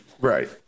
Right